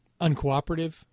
uncooperative